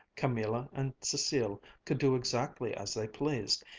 camilla and cecile could do exactly as they pleased,